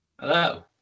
Hello